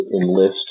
enlist